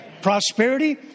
Prosperity